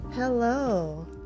Hello